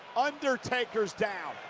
undertaker's down.